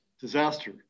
disaster